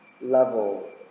level